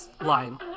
line